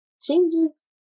changes